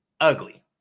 ugly